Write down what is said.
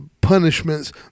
punishments